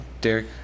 Derek